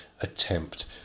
attempt